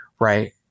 right